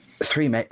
Three